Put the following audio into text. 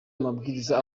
amabwiriza